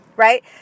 Right